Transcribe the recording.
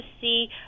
see